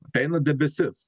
ateina debesis